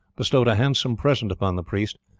bestowed a handsome present upon the priest,